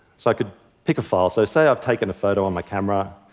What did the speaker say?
so i could pick a file. so say i've taken a photo on my camera.